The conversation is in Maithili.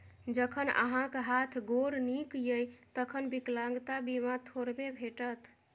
जखन अहाँक हाथ गोर नीक यै तखन विकलांगता बीमा थोड़बे भेटत?